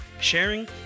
sharing